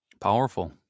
powerful